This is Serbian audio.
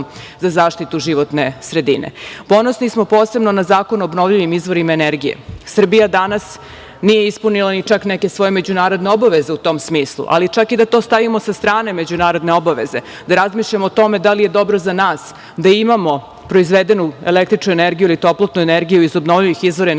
za zaštitu životne sredine. Ponosni smo posebno na zakon o obnovljivim izvorima energije, Srbija danas nije ispunila ni čak neke svoje međunarodne obaveze u tom smislu, ali čak i da to stavimo sa strane međunarodne obaveze, da razmišljamo o tome da li je dobro za nas da imamo proizvedenu električnu energiju ili toplotnu energiju iz obnovljivih izvora energije,